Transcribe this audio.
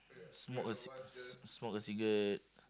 smoke a cig~ cig~ smoke a cigarette